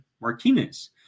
Martinez